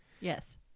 Yes